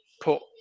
put